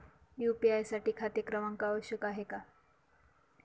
UPI साठी खाते क्रमांक आवश्यक आहे का?